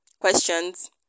questions